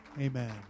Amen